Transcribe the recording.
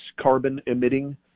carbon-emitting